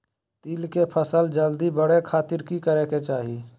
तिल के फसल जल्दी बड़े खातिर की करे के चाही?